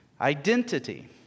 identity